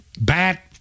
bat